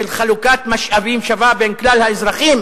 של חלוקת משאבים שווה בין כלל האזרחים.